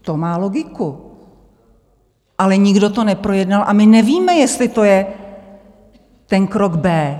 To má logiku, ale nikdo to neprojednal a my nevíme, jestli to je ten krok B.